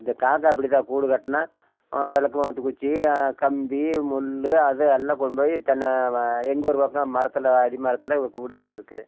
இந்த காக்கா அப்படிதான் கூடுகட்டினா விளக்கமாத்து குச்சி கம்பி முள் அது எல்லாம் கொண்டுபோய் தென்னை எங்கோ ஒரு பக்கம் மரத்தில் அடி மரத்தில் கூடுகட்டியிருக்கும்